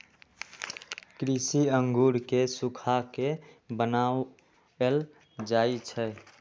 किशमिश अंगूर के सुखा कऽ बनाएल जाइ छइ